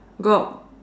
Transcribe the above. got